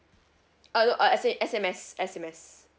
oh no uh as in S_M_S S_M_S